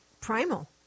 primal